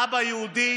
אבא יהודי